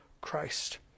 Christ